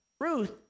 Ruth